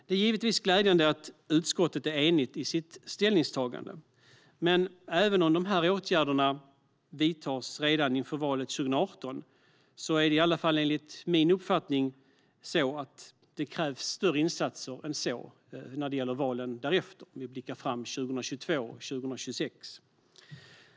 Det är givetvis glädjande att utskottet är enigt i sitt ställningstagande, men även om dessa åtgärder vidtas redan inför valet 2018 krävs det, i alla fall enligt min uppfattning, större reformer än så när det gäller valen därefter - om vi blickar fram mot 2022 och 2026.